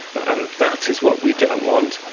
and that is what we don't want,